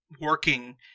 working